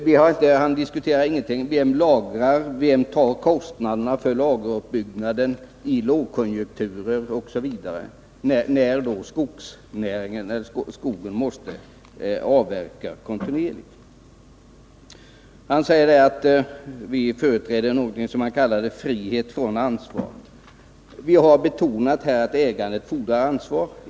Jordbruksministern diskuterar inte vem som tar kostnaderna för lageruppbyggnaden i lågkonjunkturer osv. när skogen måste avverkas kontinuerligt. Han säger vidare att vi företräder något som han kallar frihet från ansvar. Vi har betonat ägandets stora ansvar.